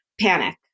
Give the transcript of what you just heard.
panic